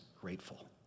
grateful